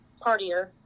partier